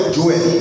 Joel